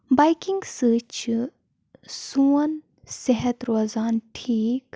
biking سۭتۍ چھِ سون صحت روزان ٹھیٖک